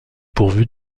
pourvue